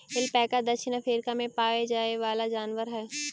alpaca दक्षिण Africa में पावे जाए वाला जनावर हई